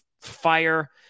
fire